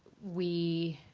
we